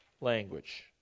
language